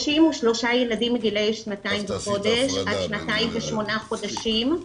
33 ילדים מגיל שנתיים וחודש עד שנתיים ושמונה חודשים,